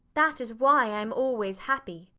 that is why i am always happy.